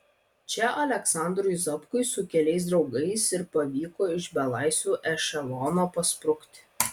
čia aleksandrui zapkui su keliais draugais ir pavyko iš belaisvių ešelono pasprukti